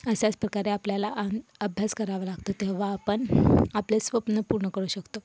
अशाच प्रकारे आपल्याला आणि अभ्यास करावा लागतं तेव्हा आपण आपले स्वप्न पूर्ण करू शकतो